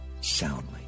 soundly